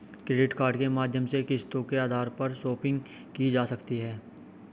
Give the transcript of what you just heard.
credit card के माध्यम से किस्तों के आधार पर शापिंग की जा सकती है